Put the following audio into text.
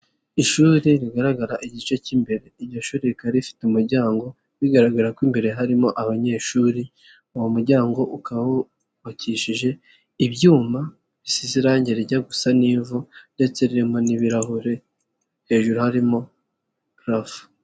Ishuri rigaragara igice cy' imbere, iryo shuri rikaba rifite umuryango, bigaragara ko imbere harimo abanyeshuri, uwo muryango ukaba wubakishije ibyuma bisize irangi rijya gusa n'ivu ndetse ririmo n'ibirahure, hejuru harimo parafo.